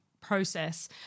process